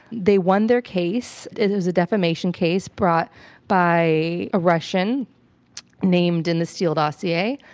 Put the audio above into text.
they won their case. it was a defamation case brought by a russian named in the steele dossier,